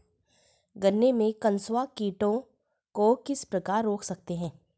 गन्ने में कंसुआ कीटों को किस प्रकार रोक सकते हैं?